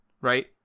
right